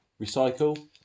recycle